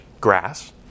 grass